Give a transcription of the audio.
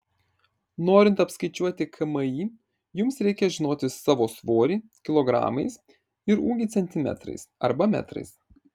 norint apskaičiuoti kmi jums reikia žinoti savo svorį kilogramais ir ūgį centimetrais arba metrais